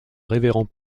révérend